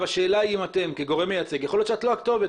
השאלה היא האם אתם כגורם מייצג יכול להיות שאת לא הכתובת,